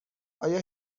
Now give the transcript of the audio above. آیا